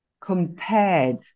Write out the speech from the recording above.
compared